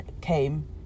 came